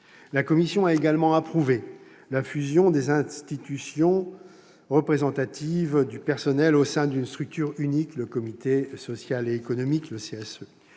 La commission a également approuvé la fusion des institutions représentatives du personnel au sein d'une structure unique, le comité social et économique, le CSE.